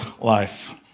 life